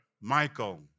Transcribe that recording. Michael